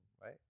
Right